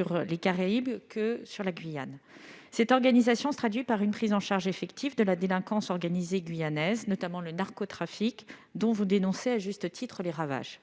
dans les Caraïbes qu'en Guyane. Cette organisation se traduit par une prise en charge effective de la délinquance organisée guyanaise, notamment le narcotrafic, dont vous dénoncez à juste titre les ravages.